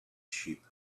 sheep